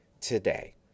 today